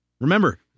remember